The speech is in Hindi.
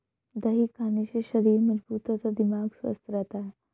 दही खाने से शरीर मजबूत तथा दिमाग स्वस्थ रहता है